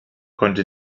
konnte